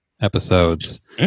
episodes